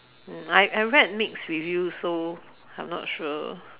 mm I I read Nick's review so I'm not sure